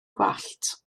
gwallt